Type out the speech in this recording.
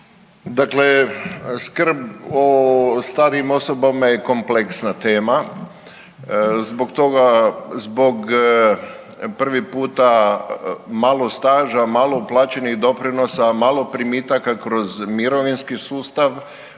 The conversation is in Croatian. Dakle, skrb o starijim osobama je kompleksna tema zbog prvi puta malo staža, malo uplaćenih doprinosa, malo primitaka kroz mirovinski sustav